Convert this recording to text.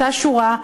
אותה שורה,